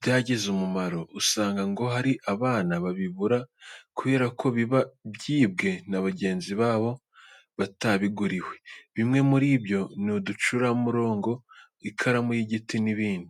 byagize umumaro, usanga ngo hari abana babibura kubera ko biba byibwe na bagenzi babo batabiguriye. Bimwe muri byo ni uducamurongo, ikaramu y'igiti n'ibindi.